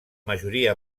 majoria